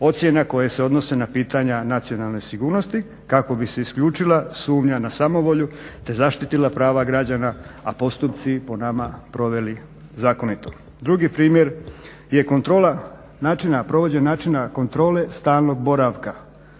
ocjena koje se odnose na pitanja nacionalne sigurnosti kako bi se isključila sumnja na samovolju te zaštitila prava građana, a postupci po nama proveli zakonito. Drugi primjer je kontrola načina, provođenja načina kontrole stalnog boravaka.